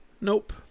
Nope